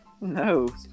No